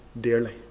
dearly